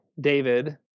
David